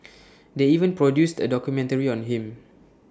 they even produced A documentary on him